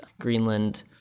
Greenland